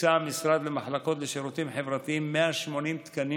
הקצה המשרד למחלקות לשירותים חברתיים 180 תקנים